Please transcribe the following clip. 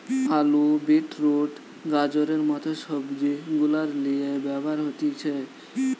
আলু, beet root, গাজরের মত সবজি গুলার লিয়ে ব্যবহার হতিছে